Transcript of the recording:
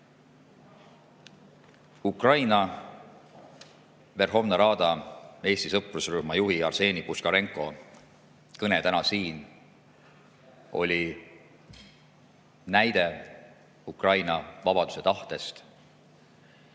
Ukraina Verhovna Rada Eesti sõprusrühma juhi Arseni Puškarenko kõne täna siin oli näide Ukraina vabadusetahtest